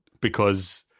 because-